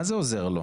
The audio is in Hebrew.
מה זה עוזר לו?